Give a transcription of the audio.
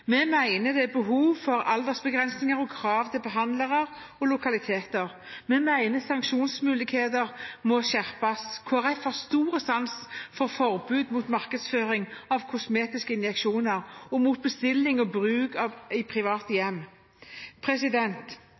Vi mener det er behov for aldersbegrensninger og krav til behandlere og lokaliteter. Vi mener sanksjonsmuligheter må skjerpes. Kristelig Folkeparti har stor sans for forbud mot markedsføring av kosmetiske injeksjoner, og mot bestilling og bruk i private hjem.